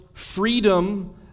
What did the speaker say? Freedom